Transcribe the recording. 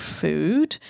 food